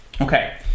Okay